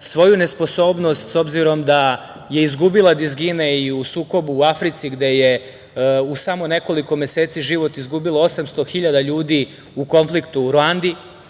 svoju nesposobnost, s obzirom da je izgubila dizgine i u sukobu u Africi, gde je u samo nekoliko meseci život izgubilo 800 hiljada ljudi u konfliktu Ruandi